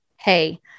Hey